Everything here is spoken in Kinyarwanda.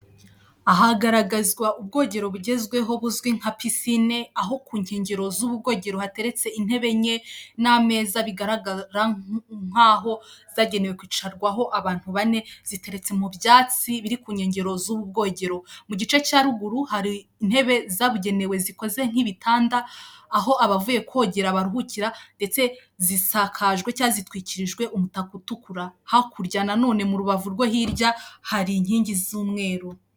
Hagaragazwa ubwogero bugezweho buzwi nka pisine, aho ku nkengero z'ubu bwogero hateretse intebe enye n'ameza bigaragara nk'aho zagenewe kwicarwaho Abantu bane, ziteretse mu byatsi biri ku nkengero z'ubu bwogero. Mu gice cya ruguru hari intebe zabugenewe zikoze nk'igitanda aho abavuye koga baruhukira ndetse zisakajwe cyangwa zitwikirijwe umutaka utukura. Hakurya na none mu rubavu rwo hirya hari inkingi z'umweru.